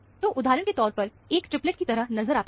तो उदाहरण के तौर पर है एक ट्रिपलेट की तरह नजर आता है